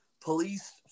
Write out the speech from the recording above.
police